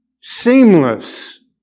Seamless